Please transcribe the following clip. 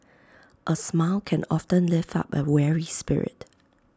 A smile can often lift up A weary spirit